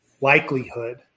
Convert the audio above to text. likelihood